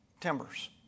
timbers